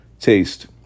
taste